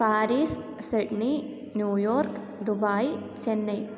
Paris Sydney New York Dubai Chennai